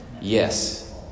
Yes